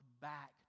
back